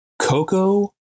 Coco